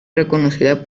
reconocida